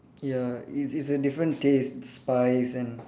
ya it's it's a different taste spice and